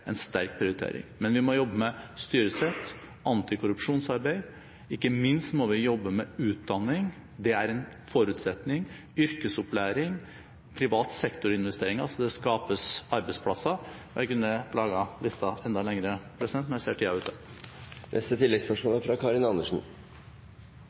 en sterk prioritering. Men vi må jobbe med styresett, antikorrupsjonsarbeid, og ikke minst må vi jobbe med utdanning – det er en forutsetning – yrkesopplæring og investeringer i privat sektor, slik at det skapes arbeidsplasser. Jeg kunne laget listen enda lengre, men jeg ser at tiden er ute.